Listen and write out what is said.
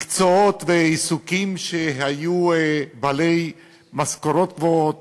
מקצועות ועיסוקים שהיו בהם משכורות גבוהות